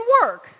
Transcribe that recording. work